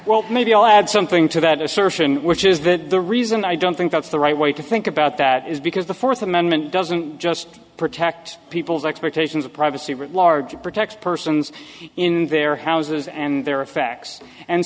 won't maybe i'll add something to that assertion which is that the reason i don't think that's the right way to think about that is because the fourth amendment doesn't just protect people's expectations of privacy writ large it protects persons in their houses and their effects and